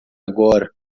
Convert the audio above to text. agora